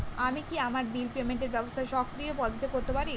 আমি কি আমার বিল পেমেন্টের ব্যবস্থা স্বকীয় পদ্ধতিতে করতে পারি?